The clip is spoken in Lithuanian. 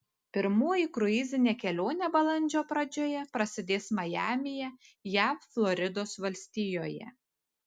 pirmoji kruizinė kelionė balandžio pradžioje prasidės majamyje jav floridos valstijoje